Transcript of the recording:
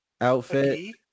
Outfit